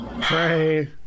Pray